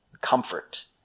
comfort